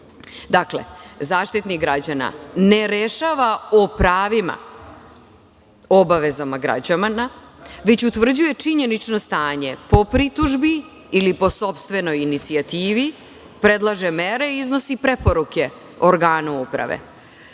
Zaštitnik građana ne rešava o pravima obavezama građana, već utvrđuje činjenično stanje po pritužbi ili po sopstvenoj inicijativi, predlaže mere i iznosi preporuke organu uprave.